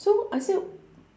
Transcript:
so I said